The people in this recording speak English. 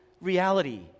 reality